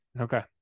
Okay